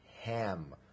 ham